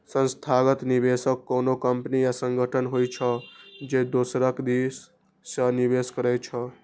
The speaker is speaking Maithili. संस्थागत निवेशक कोनो कंपनी या संगठन होइ छै, जे दोसरक दिस सं निवेश करै छै